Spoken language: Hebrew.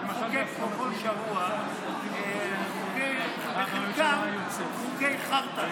אתה מחוקק פה כל שבוע חוקים שחלקם חוקי חרטא,